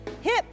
hip